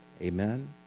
Amen